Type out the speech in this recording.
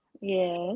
Yes